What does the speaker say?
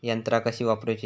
यंत्रा कशी वापरूची?